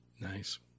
Nice